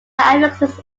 affixes